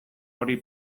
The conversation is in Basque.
hori